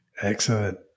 Excellent